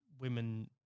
women